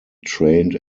trained